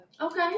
okay